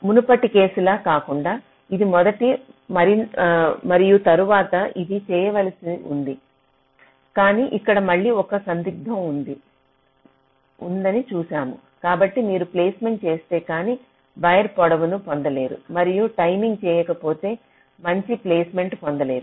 మునుపటి కేసులా కాకుండా ఇది మొదట మరియు తరువాత ఇది చేయవలసి ఉంది కానీ ఇక్కడ మళ్ళీ ఒక సందిగ్ధం ఉందని చూసాము కాబట్టి మీరు ప్లేస్మెంట్ చేస్తే కానీ వైర్ పొడవును పొందలేరు మరియు టైమింగ్ చేయకపోతే మంచి ప్లేస్మెంట్ పొందలేరు